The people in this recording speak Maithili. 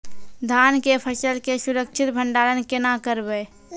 धान के फसल के सुरक्षित भंडारण केना करबै?